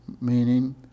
meaning